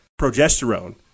progesterone